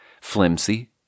flimsy